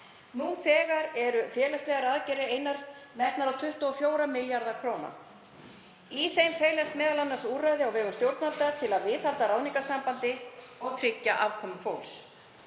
Nú þegar eru félagslegar aðgerðir einar metnar á 24 milljarða kr. Í þeim felast m.a. úrræði á vegum stjórnvalda til að viðhalda ráðningarsambandi og tryggja afkomu fólks.